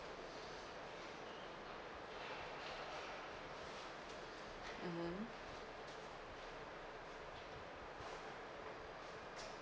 mmhmm